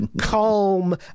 calm